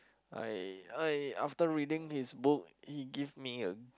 I I after reading his book he give me a